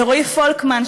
לרועי פולקמן,